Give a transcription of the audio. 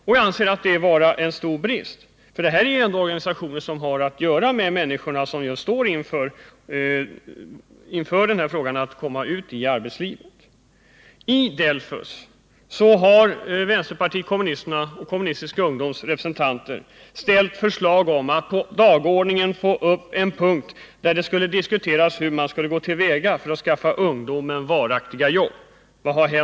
Jag anser det vara en stor brist, eftersom de representerar människor som just står inför att gå ut i arbetslivet. I DELFUS har vänsterpartiet kommunisternas och Kommunistisk ungdoms representanter föreslagit att det på dagordningen skulle tas upp en punkt där man kunde diskutera hur vi bör gå till väga för att skaffa ungdomarna varaktiga jobb. Vad hände då?